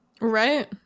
right